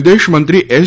વિદેશમંત્રી એસ